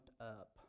up